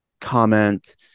comment